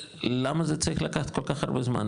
ולמה זה צריך לקחת כל כך הרבה זמן?